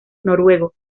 noruego